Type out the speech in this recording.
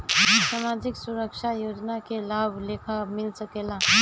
सामाजिक सुरक्षा योजना के लाभ के लेखा मिल सके ला?